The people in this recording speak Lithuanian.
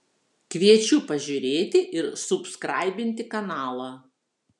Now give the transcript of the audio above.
kviečiu pažiūrėti ir subskraibinti kanalą